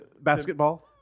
Basketball